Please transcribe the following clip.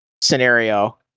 scenario